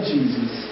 Jesus